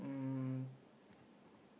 um